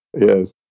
Yes